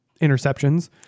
interceptions